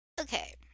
okay